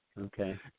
Okay